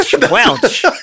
Welch